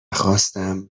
خواستم